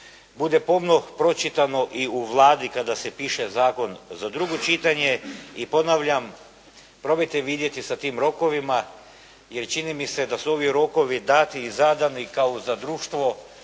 bude pomno pročitano i u Vladi kada se piše zakon za drugo čitanje. I ponavljam, probajte vidjeti sa tim rokovima jer čini mi se da su ovi rokovi dati i zadani kao za društvo